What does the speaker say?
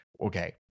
okay